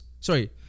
Sorry